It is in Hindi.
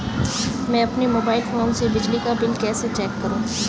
मैं अपने मोबाइल फोन से बिजली का बिल कैसे चेक करूं?